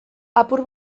apur